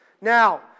Now